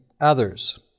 others